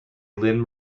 lynn